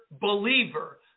believer